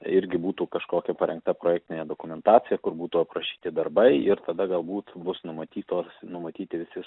irgi būtų kažkokia parengta projektinė dokumentacija kur būtų aprašyti darbai ir tada galbūt bus numatytos numatyti visi